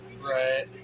right